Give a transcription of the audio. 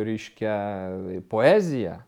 reiškia poeziją